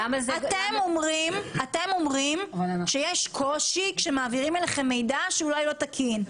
אתם אומרים שיש קושי כאשר מעבירים אליכם מידע כאשר הוא אולי לא תקין.